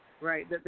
Right